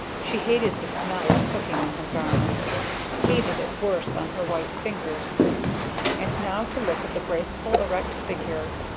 she hated the smell of cooking in her garments hated it worse on her white fingers and now to look at the graceful erect figure,